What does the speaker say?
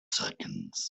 seconds